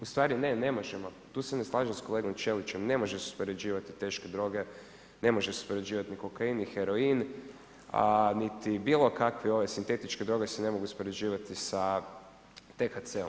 Ustvari, ne ne možemo, tu se ne slažem s kolegom Čelićem, ne može se uspoređivati teške droge, ne može se uspoređivati ni kokain ni heroin, a niti bilo kakve ove sintetičke droge se ne mogu uspoređivati sa THC-om.